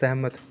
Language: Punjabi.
ਸਹਿਮਤ